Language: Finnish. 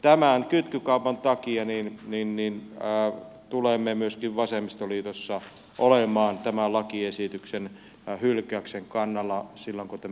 tämän kytkykaupan takia tulemme myöskin vasemmistoliitossa olemaan tämän lakiesityksen hylkäyksen kannalla silloin kun tämä äänestykseen tulee